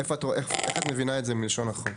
איפה, איך את מבינה את זה מלשון החוק?